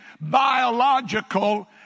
biological